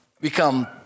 become